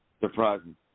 surprising